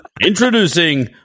Introducing